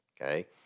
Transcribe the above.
okay